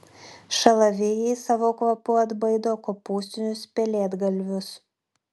šalavijai savo kvapu atbaido kopūstinius pelėdgalvius